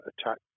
attack